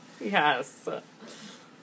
Yes